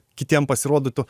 kitiem pasirodytų